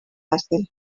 fàcil